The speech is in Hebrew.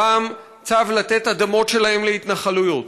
פעם צו לתת אדמות שלהם להתנחלויות.